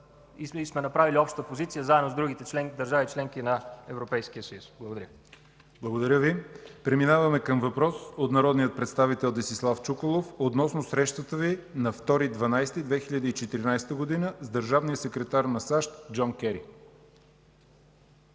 сме направили обща позиция заедно с другите държави – членки на Европейския съюз. Благодаря. ПРЕДСЕДАТЕЛ ЯВОР ХАЙТОВ: Благодаря. Преминаваме към въпрос от народния представител Десислав Чуколов относно срещата Ви на 2 февруари 2014 г. с държавния секретар на САЩ Джон Кери.